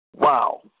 Wow